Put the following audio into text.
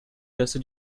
dessa